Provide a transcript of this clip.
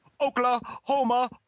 Oklahoma